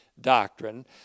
doctrine